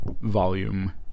volume